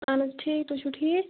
اَہَن حظ ٹھیٖک تُہۍ چھُو ٹھیٖک